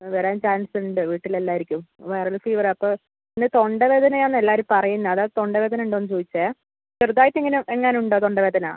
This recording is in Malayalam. വരാൻ ചാൻസ് ഉണ്ട് വീട്ടിൽ എല്ലാവർക്കും വൈറൽ ഫീവർ ആണ് അപ്പം പിന്നെ തൊണ്ടവേദനയാണെന്ന് എല്ലാവരും പറയുന്നത് അതാണ് തൊണ്ടവേദന ഉണ്ടോ എന്ന് ചോദിച്ചത് ചെറുതായിട്ട് ഇങ്ങനെ എങ്ങാനും ഉണ്ടോ തൊണ്ടവേദന